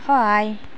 সহায়